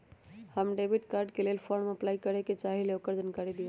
हम debit card के लेल फॉर्म अपलाई करे के चाहीं ल ओकर जानकारी दीउ?